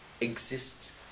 exists